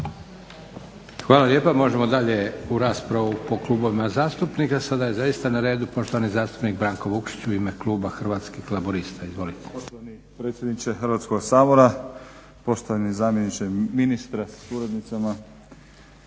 Hvala lijepa. Možemo dalje u raspravu po klubovima zastupnika. Sada je zaista na redu poštovani zastupnik Branko Vukšić u ime kluba Hrvatskih laburista. Izvolite.